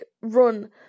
run